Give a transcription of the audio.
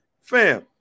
fam